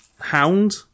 Hound